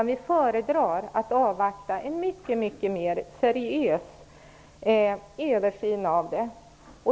Vi föredrar att avvakta en mycket mer seriös översyn.